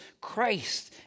Christ